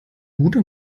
guter